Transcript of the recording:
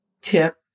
tip